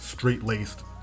straight-laced